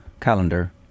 calendar